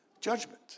judgment